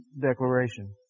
declaration